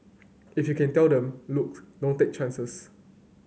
if you can tell them look don't take chances